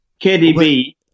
KDB